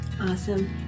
Awesome